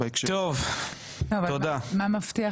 אנחנו רוצים